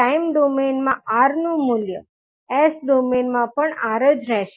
time domain માં R નું મૂલ્ય S ડોમેઇન માં પણ R જ રહેશે